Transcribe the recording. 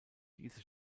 diese